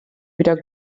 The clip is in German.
wieder